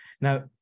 Now